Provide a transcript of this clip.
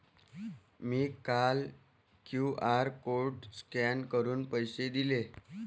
मी काल QR code scan करून पैसे दिले